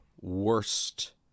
worst